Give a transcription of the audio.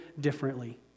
differently